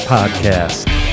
Podcast